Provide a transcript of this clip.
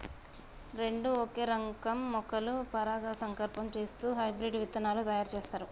రెండు ఒకే రకం మొక్కలు పరాగసంపర్కం చేస్తూ హైబ్రిడ్ విత్తనాలు తయారు చేస్తారు